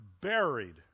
buried